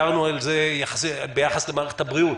הערנו על זה ביחס למערכת הבריאות,